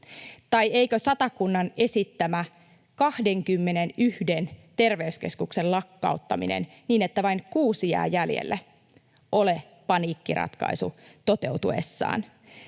Tai eikö Satakunnan esittämä 21 terveyskeskuksen lakkauttaminen niin, että vain kuusi jää jäljelle, ole paniikkiratkaisu toteutuessaan?